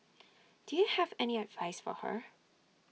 do you have any advice for her